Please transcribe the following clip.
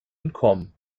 entkommen